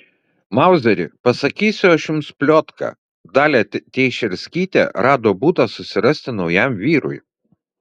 mauzeri pasakysiu aš jums pliotką dalia teišerskytė rado būdą susirasti naujam vyrui